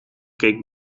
keek